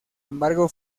embargo